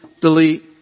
delete